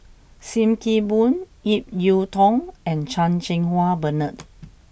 Sim Kee Boon Ip Yiu Tung and Chan Cheng Wah Bernard